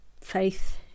faith